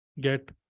get